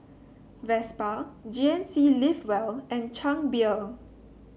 Vespa G N C Live Well and Chang Beer